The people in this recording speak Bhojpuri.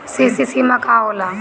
सी.सी सीमा का होला?